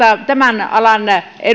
tämän alan